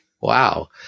Wow